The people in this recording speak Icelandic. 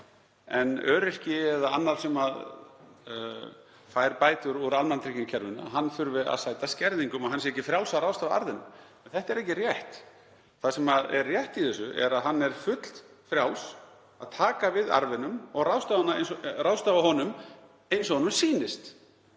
en öryrki eða annar sem fær bætur úr almannatryggingakerfinu þurfi að sæta skerðingum og sé ekki frjáls að ráðstafa arfi. En þetta er ekki rétt. Það sem er rétt í þessu er að hann er fullfrjáls að taka við arfinum og ráðstafa honum eins og honum sýnist.